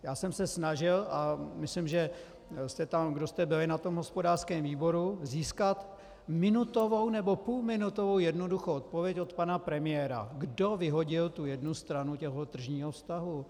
Já jsem se snažil, a myslím, že kdo jste byli na hospodářském výboru, získat minutovou nebo půlminutovou jednoduchou odpověď od pana premiéra, kdo vyhodil jednu stranu tržního vztahu.